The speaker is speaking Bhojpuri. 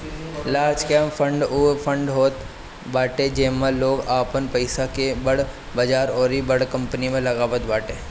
लार्ज कैंप फण्ड उ फंड होत बाटे जेमे लोग आपन पईसा के बड़ बजार अउरी बड़ कंपनी में लगावत बाटे